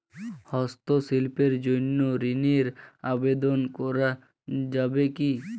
হস্তশিল্পের জন্য ঋনের আবেদন করা যাবে কি?